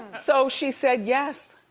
so she said yes.